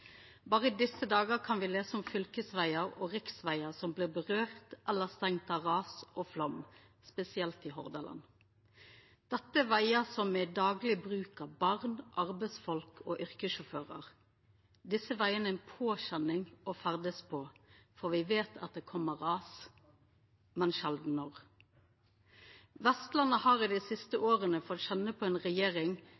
Berre i desse dagar kan me lesa om fylkesvegar og riksvegar som blir råka av eller stengde av ras og flaum, spesielt i Hordaland. Dette er vegar som er i dagleg bruk av barn, arbeidsfolk og yrkessjåførar. Desse vegane er ei påkjenning å ferdast på, for me veit at det kjem ras, men sjeldan når. Vestlandet har i dei siste